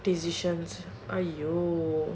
decisions !aiyo!